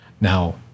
now